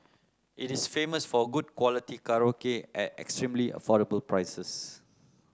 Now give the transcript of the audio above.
it is famous for a good quality karaoke at extremely affordable prices